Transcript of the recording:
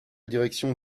direction